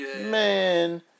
Man